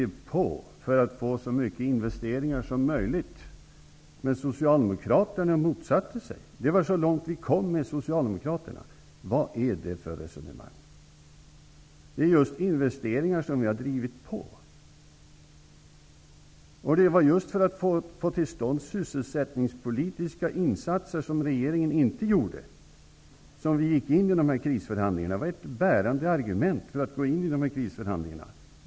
Kommunikationsministern sade: Vi drev på för att få så mycket investeringar som möjligt, men Socialdemokraterna motsatte sig detta. Det var så långt vi kom med Socialdemokraterna. Vad är det för resonemang? Det är just investeringar som vi har drivit på. Det bärande skälet till att vi gick in i dessa krisförhandlingar var just att få till stånd sysselsättningspolitiska insatser som regeringen inte gjorde.